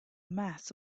mass